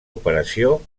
operació